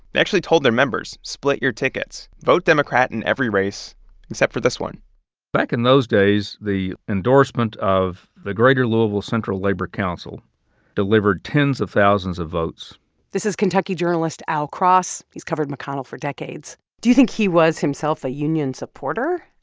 they actually told their members, split your tickets. vote democrat in every race except for this one back in those days, the endorsement of the greater louisville central labor council delivered tens of thousands of votes this is kentucky journalist al cross. he's covered mcconnell for decades do you think he was himself a union supporter?